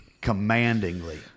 commandingly